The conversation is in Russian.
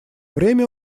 время